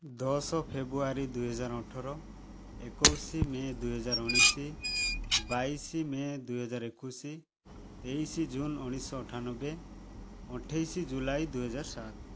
ଦଶ ଫେବୃୟାରୀ ଦୁଇ ହଜାର ଅଠର ଏକୋଇଶି ମେ ଦୁଇ ହଜାର ଉଣେଇଶ ବାଇଶ ମେ ଦୁଇ ହଜାର ଏକୋଇଶ ତେଇଶ ଜୁନ୍ ଉଣେଇଶ ଶହ ଅଠାନବେ ଅଠେଇଶ ଜୁଲାଇ ଦୁଇ ହଜାର ସାତ